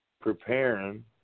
preparing